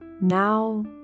Now